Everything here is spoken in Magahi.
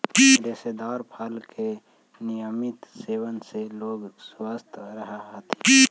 रेशेदार फल के नियमित सेवन से लोग स्वस्थ रहऽ हथी